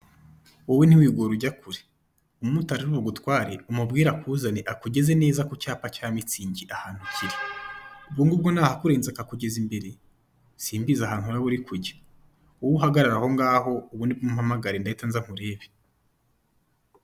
Wowe ntiwigore ujya kure umumotari uri bugutware umubwire akuzane akugeze neza ku cyapa cya MUTZIG ahantu kiri, ubwo ngubwo nahakurenza akakugeza imbere simbizi ahantu uraba uri kujya, wowe uhagarare aho ngaho ubundi bwo umpamagare ndahita nza nkurebe.